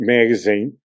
Magazine